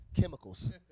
chemicals